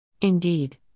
Indeed